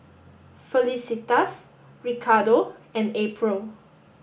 Felicitas Ricardo and April